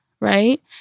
right